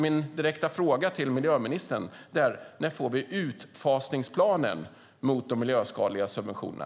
Min direkta fråga till miljöministern är: När får vi utfasningsplanen mot de miljöskadliga subventionerna?